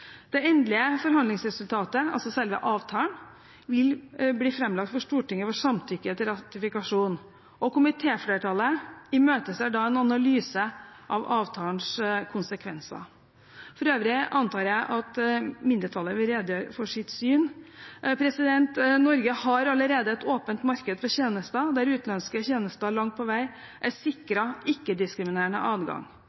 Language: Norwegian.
Det endelige forhandlingsresultatet, altså selve avtalen, vil bli framlagt for Stortinget for samtykke til ratifikasjon. Komitéflertallet imøteser da en analyse av avtalens konsekvenser. For øvrig antar jeg at mindretallet vil redegjøre for sitt syn. Norge har allerede et åpent marked for tjenester der utenlandske tjenester langt på vei er sikret ikke-diskriminerende adgang.